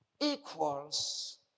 equals